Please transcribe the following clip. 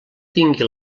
tingui